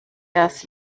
das